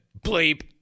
Bleep